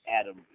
Adam